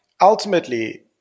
Ultimately